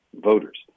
voters